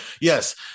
yes